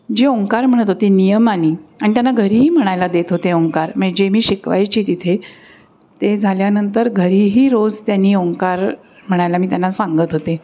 जे ओंकार म्हणत होते नियमाने आणि त्यांना घरीही म्हणायला देत होते ओंकार मं जे मी शिकवायची तिथे ते झाल्यानंतर घरीही रोज त्यांनी ओंकार म्हणायला मी त्यांना सांगत होते